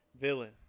Villain